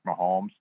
Mahomes